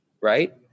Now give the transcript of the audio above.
right